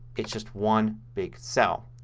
it's just one big cell.